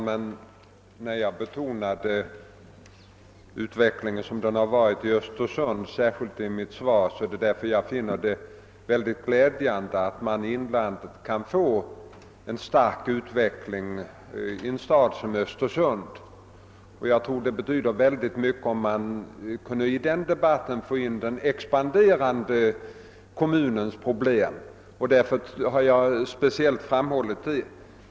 Herr talman! Att jag i mitt svar särskilt betonade utvecklingen i Östersund berodde på att jag finner det mycket glädjande att man har kunnat få till stånd en så stark utveckling i en stad som Östersund i inlandet. Det skulle betyda oerhört mycket, tror jag, om man i den här debatten kunde få med den expanderande kommunens problem, och därför har jag framhållit den saken speciellt.